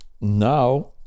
now